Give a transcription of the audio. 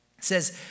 says